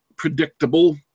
predictable